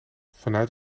vanuit